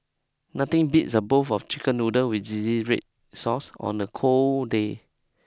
nothing beats a bowl of chicken noodles with zingy red sauce on the cold day